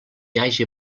hagi